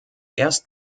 erst